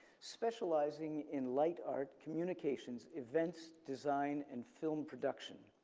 specializing in light art, communications, events, design, and film production.